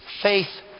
faith